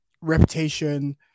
reputation